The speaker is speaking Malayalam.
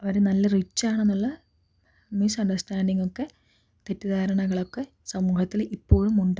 അവര് നല്ല റിച്ച് ആണെന്നുള്ള മിസണ്ടർസ്റ്റാൻ്റിങ് ഒക്കെ തെറ്റിദ്ധാരണകളൊക്കെ സമൂഹത്തിൽ ഇപ്പോഴും ഉണ്ട്